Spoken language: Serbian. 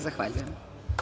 Zahvaljujem.